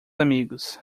amigos